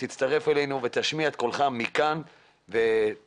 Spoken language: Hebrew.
תצטרף אלינו ותשמיע את קולך מכאן ונחסוך